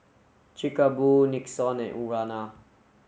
chic a Boo Nixon and Urana